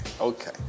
okay